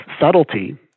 subtlety